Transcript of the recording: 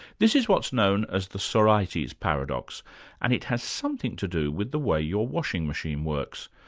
this is what's known as the sorites paradox and it has something to do with the way your washing machine works,